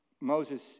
Moses